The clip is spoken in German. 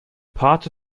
pate